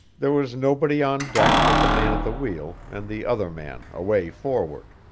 there was nobody on deck but the man at the wheel, and the other man away forward.